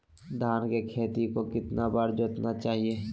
धान के खेत को कितना बार जोतना चाहिए?